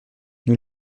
nous